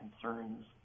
concerns